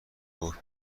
گفت